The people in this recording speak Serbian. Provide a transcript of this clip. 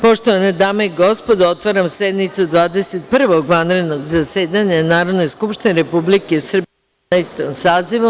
Poštovane dame i gospodo, otvaram sednicu Dvadeset prvog vanrednog zasedanja Narodne skupštine Republike Srbije u Jedanaestom sazivu.